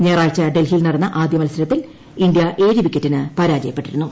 ഞായറാഴ്ച ഡൽഹിയിൽ നടന്ന ആദ്യ മത്സരത്തിൽ ഇന്ത്യ ഏഴ് വിക്കറ്റിന് പരാജയപ്പെട്ടിരുന്നു